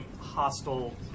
hostile